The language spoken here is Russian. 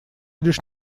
лишь